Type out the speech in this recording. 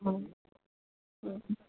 অঁ